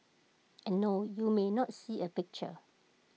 and no you may not see A picture